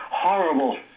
Horrible